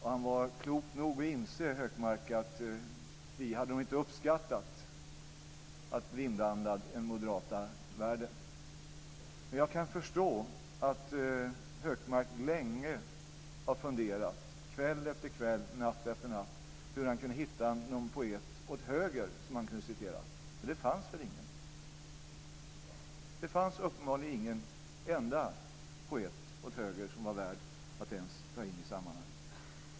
Hökmark var klok nog att inse att Wiehe nog inte hade uppskattat att bli inblandad i den moderata världen. Jag kan förstå att Hökmark länge har funderat, kväll efter kväll, natt efter natt, hur han kunde hitta någon poet åt höger som han kunde citera, men det fanns väl ingen. Det fanns uppenbarligen inte en enda poet åt höger som var värd att ens ta in i sammanhanget.